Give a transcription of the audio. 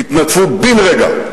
התנדפו בן-רגע,